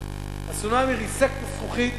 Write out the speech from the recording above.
הצונאמי ריסק את הזכוכית